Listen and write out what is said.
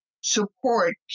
support